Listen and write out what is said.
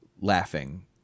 laughing